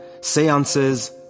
seances